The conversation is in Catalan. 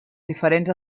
diferents